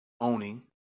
owning